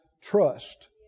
Trust